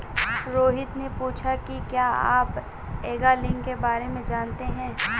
रोहित ने पूछा कि क्या आप एंगलिंग के बारे में जानते हैं?